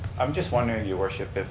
i'm just wondering, your worship,